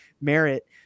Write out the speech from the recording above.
merit